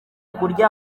kurya